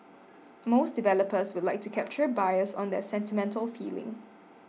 most developers would like to capture buyers on their sentimental feeling